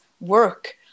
work